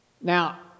Now